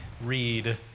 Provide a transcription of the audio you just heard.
read